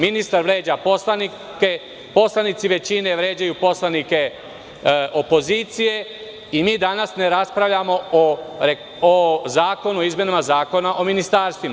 Ministar vređa poslanike, poslanici većine vređaju poslanike opozicije i mi danas ne raspravljamo o Predlogu zakona o izmenama Zakona o Ministarstvima.